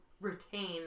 retain